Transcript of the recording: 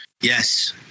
Yes